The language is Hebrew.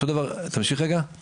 הוא